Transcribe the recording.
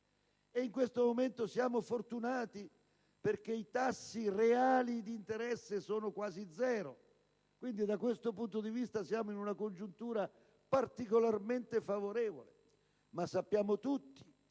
in questo momento siamo fortunati, perché i tassi reali di interesse sono quasi pari a zero e, da questo punto di vista, siamo in una congiuntura particolarmente favorevole. Ma sappiamo tutti che